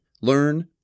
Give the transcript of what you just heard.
learn